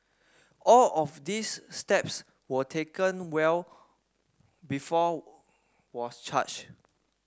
all of these steps were taken well before was charged